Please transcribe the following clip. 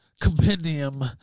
compendium